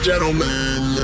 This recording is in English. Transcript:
Gentlemen